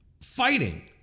fighting